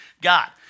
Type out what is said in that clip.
God